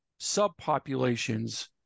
subpopulations